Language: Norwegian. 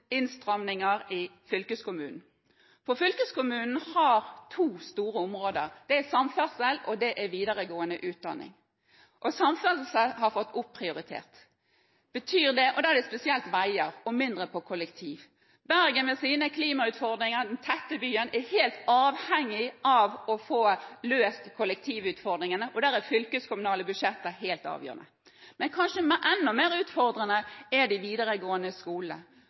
fylkeskommunen. For fylkeskommunen har to store områder. Det er samferdsel, og det er videregående utdanning. Samferdsel har blitt prioritert – spesielt veier, mindre på kollektivtransport. Bergen med sine klimautfordringer, den tette byen, er helt avhengig av å få løst kollektivutfordringene, og der er fylkeskommunale budsjetter helt avgjørende. Men kanskje enda mer utfordrende er de videregående